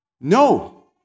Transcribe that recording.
no